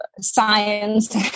science